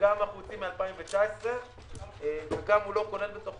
שגם אנחנו עושים על פי שנת 2019 וגם הוא